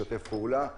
לשתף פעולה.